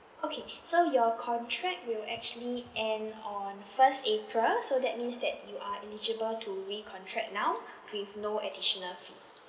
okay so your contract will actually end on first april so that means that you are eligible to recontract now with no additional fee